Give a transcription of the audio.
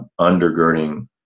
undergirding